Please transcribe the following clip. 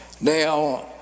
Now